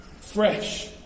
fresh